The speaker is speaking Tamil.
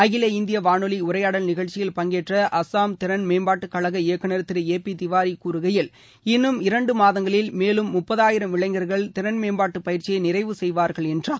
அகில இந்திய வானொலி உரையாடல் நிகழ்ச்சியில் பங்கேற்ற அஸ்ஸாம் திறன்மேம்பாட்டுக் கழக இயக்குநர் திரு ஏ பி திவாரி கூறுகையில் இன்னும் இரண்டு மாதங்களில் மேலும் முப்பதாயிரம் இளைஞர்கள் திறன் மேம்பாட்டுப் பயிற்சியை நிறைவு செய்வார்கள் என்றார்